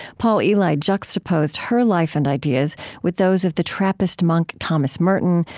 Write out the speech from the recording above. paul elie juxtaposed her life and ideas with those of the trappist monk thomas merton,